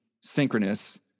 synchronous